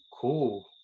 Cool